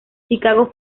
chicago